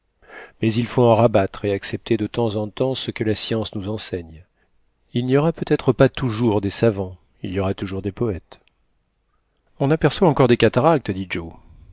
mais il faut en rabattre et accepter de temps en temps ce que la science nous enseigne il n'y aura peut-être pas toujours des savants il y aura toujours des poètes on aperçoit encore des cataractes dit